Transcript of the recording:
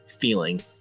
feeling